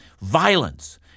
violence